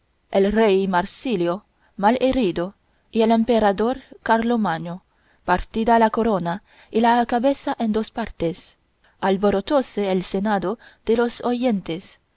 el rey marsilio mal herido y el emperador carlomagno partida la corona y la cabeza en dos partes alborotóse el senado de los oyentes